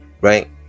right